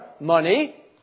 money